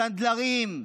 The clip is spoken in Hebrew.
סנדלרים,